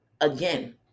again